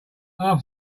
after